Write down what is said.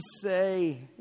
say